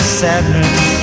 sadness